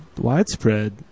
widespread